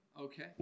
Okay